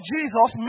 Jesus